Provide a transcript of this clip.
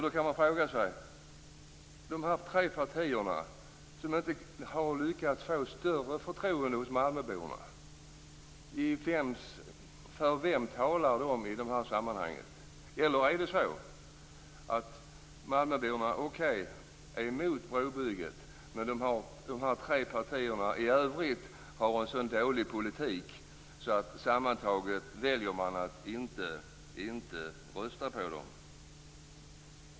Då kan man fråga sig för vilka dessa tre partier, som inte har lyckats få större förtroende hos malmöborna, talar i det här sammanhanget. Eller är det så att malmöborna är emot brobygget, men att dessa tre partier i övrigt har en så dålig politik att man sammantaget väljer att inte rösta på dem?